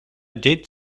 did